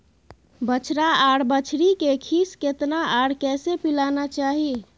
बछरा आर बछरी के खीस केतना आर कैसे पिलाना चाही?